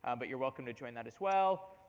um but you're welcome to join that as well.